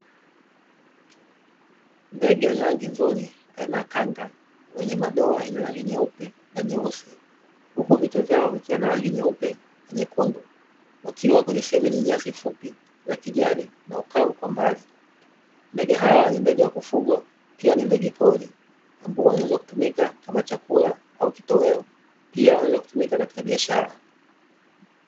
Ndenge wenye rangi nzuri aina ya kanga, wenye madoa yenye rangi nyeupe na nyeusi, huku vichwa vyao vikiwa na rangi nyeupe na nyekundu, wakiwa kwenye sehemu yenye nyasi fupi za kijani na ukavu kwa mbali. Ndege hawa ni ndege wa kufugwa, pia ni ndege pori, ambao wanaweza kutumika kama chakula au kitoweo, pia wanaweza kutumika katika biashara.